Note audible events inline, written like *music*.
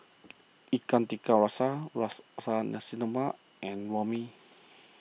*noise* Ikan Tiga Rasa *unintelligible* Nasi Lemak and Orh Mee *noise*